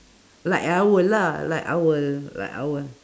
like owl lah like owl like owl